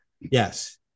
Yes